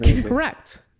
Correct